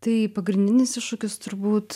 tai pagrindinis iššūkis turbūt